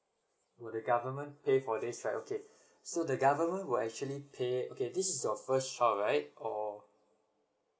will the government pay for this right okay so the government will actually pay okay this is your first child right or